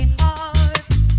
hearts